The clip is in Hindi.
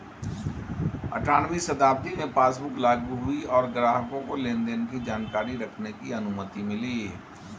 अठारहवीं शताब्दी में पासबुक लागु हुई और ग्राहकों को लेनदेन की जानकारी रखने की अनुमति मिली